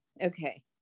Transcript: okay